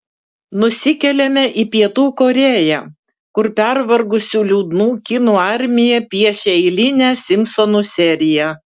nusikeliame į pietų korėją kur pervargusių liūdnų kinų armija piešia eilinę simpsonų seriją